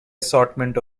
assortment